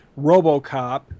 RoboCop